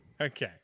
Okay